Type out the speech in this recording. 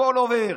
הכול עובר.